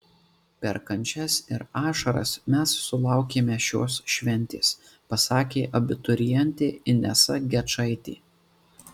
per kančias ir ašaras mes sulaukėme šios šventės pasakė abiturientė inesa gečaitė